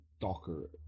Docker